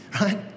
right